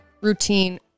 routine